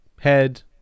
head